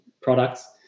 products